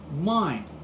mind